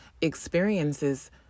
experiences